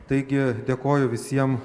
taigi dėkoju visiem